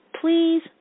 please